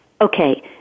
Okay